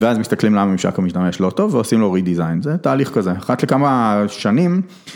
ואז מסתכלים למה המשק המשתמש לא טוב ועושים לו redesign זה תהליך כזה, אחת לכמה שנים.